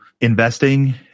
investing